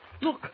Look